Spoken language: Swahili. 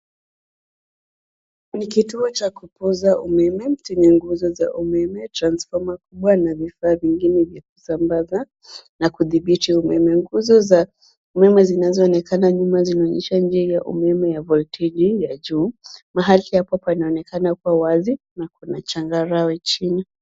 Ni kituo cha kupoza umeme chenye nguzo za umeme, transfoma kubwa na vifaa vingine vya kusambaza na kudhibiti umeme. Nguzo za umeme zinazoonekana nyuma zinaonyesha njia ya umeme ya volteji ya juu. Mahali hapa panaonekana kuwa wazi na kuna changarawe chini.